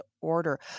order